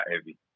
heavy